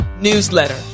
newsletter